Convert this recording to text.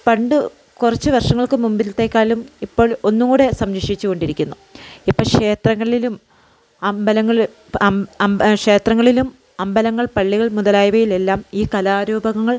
പണ്ട് കുറച്ച് വർഷങ്ങൾക്ക് മുൻപിലത്തെക്കാളും ഇപ്പോൾ ഒന്നുകൂടെ സംരക്ഷിച്ച് കൊണ്ടിരിക്കുന്നു ഇപ്പോൾ ക്ഷേത്രങ്ങളിലും അമ്പലങ്ങ അമ്പ ക്ഷേത്രങ്ങളിലും അമ്പലങ്ങൾ പള്ളികൾ മുതലായവയിലെല്ലാം ഈ കലാരൂപങ്ങൾ